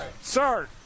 Sir